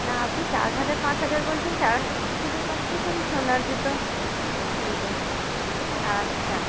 না আপনি চার হাজার পাঁচ হাজার বলছেন চার হাজার পাঁচ হাজার মানে তো সেই সোনার জুতো কিনতে হবে আচ্ছা